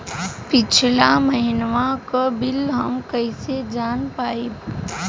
पिछला महिनवा क बिल हम कईसे जान पाइब?